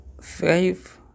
five